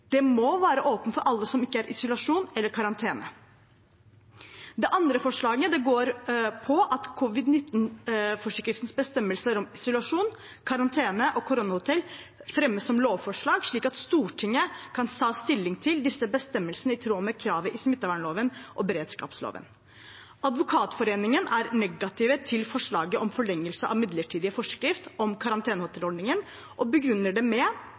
Det må være åpent for alle som ikke er i isolasjon eller karantene. Det andre forslaget går på at covid-19-forskriftens bestemmelser om isolasjon, karantene og koronahotell fremmes som lovforslag, slik at Stortinget kan ta stilling til disse bestemmelsene i tråd med kravet i smittevernloven og beredskapsloven. Advokatforeningen er negativ til forslaget om å forlenge midlertidig forskrift om karantenehotellordningen og begrunner det med